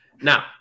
Now